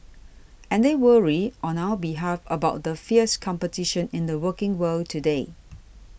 and they worry on our behalf about the fierce competition in the working world today